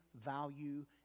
value